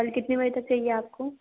कल कितने बजे तक चाहिए आपको